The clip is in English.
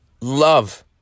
love